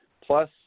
plus